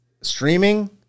streaming